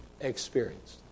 experienced